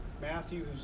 Matthew